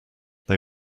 they